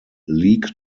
league